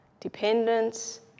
Dependence